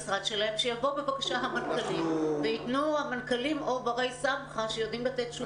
שיבואו בבקשה המנכ"לים או ברי סמכא שיודעים לתת תשובות.